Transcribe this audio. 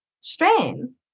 strain